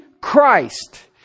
Christ